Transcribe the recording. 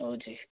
ହେଉଛି